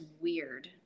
weird